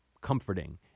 comforting